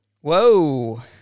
Whoa